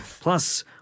plus